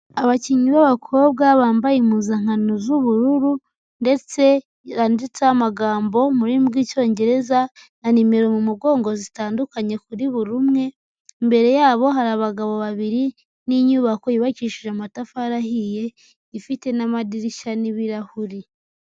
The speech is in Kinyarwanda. Abakinnyi b'abakobwa, bambaye impuzankano z'ubururu, ndetse zanditseho amagambo mu rurimi rw'Icyongereza, na nimero mu mugongo zitandukanye kuri buri umwe, imbere yabo hari abagabo babiri, n'inyubako yubakishije amatafari ahiye, ifite n'amadirishya n'ibirahuri.